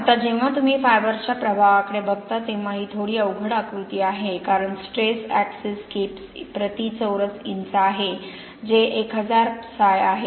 आता जेव्हा तुम्ही फायबर्सच्या प्रभावाकडे बघता तेव्हा ही थोडी अवघड आकृती आहे कारण स्ट्रेस ऍक्सिस किप्स प्रति चौरस इंच आहे जे 1000 psi आहे